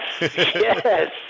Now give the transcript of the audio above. Yes